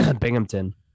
Binghamton